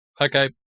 Okay